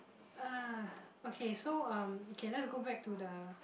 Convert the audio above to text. uh okay so um okay let's go back to the